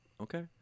okay